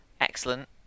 excellent